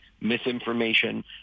misinformation